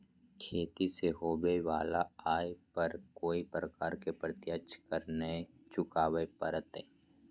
खेती से होबो वला आय पर कोय प्रकार के प्रत्यक्ष कर नय चुकावय परतय